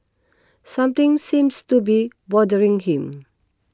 something seems to be bothering him